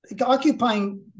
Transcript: occupying